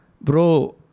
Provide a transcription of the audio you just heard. Bro